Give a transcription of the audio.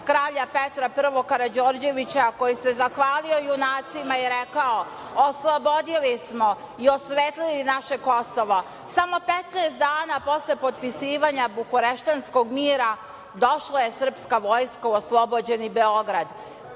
kralja Petra I Karađorđevića koji je zahvalio junacima i rekao – oslobodili smo i osvetlili naše Kosovo. Samo 15 dana posle potpisivanja Bukureštanskog mira došla je srpska vojska u oslobođeni Beograd.